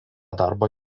darbo